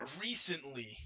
Recently